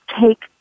take